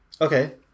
okay